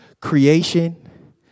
Creation